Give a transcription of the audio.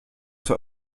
zur